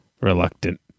reluctant